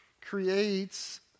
creates